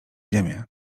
ziemię